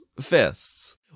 fists